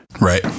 Right